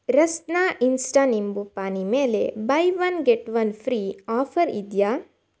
Rasna insta ನಿಂಬೂಪಾನಿ ಮೇಲೆ buy one get one free offer ಇದೆಯಾ